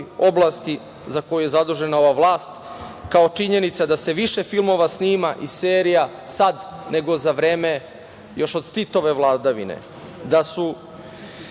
oblasti za koju je zadužena ova vlast kao činjenica da se više filmova snima i serija sad nego za vreme još od Titove vladavine, da su